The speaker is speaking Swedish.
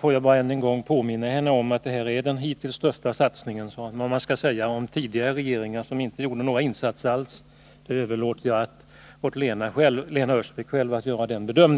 Får jag då än en gång påminna henne om att denna satsning är den hittills största. Vad man då skall säga om tidigare regeringar, som inte gjorde några insatser alls, överlåter jag åt Lena Öhrsvik att bedöma.